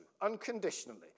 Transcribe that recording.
unconditionally